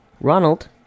Ronald